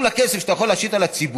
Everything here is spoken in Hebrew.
גם לכסף שאתה יכול להשית על הציבור,